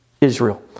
Israel